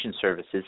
services